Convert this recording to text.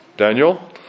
Daniel